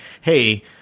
hey